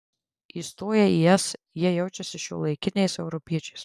įstoję į es jie jaučiasi šiuolaikiniais europiečiais